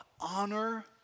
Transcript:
honor